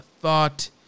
thought